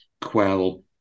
quell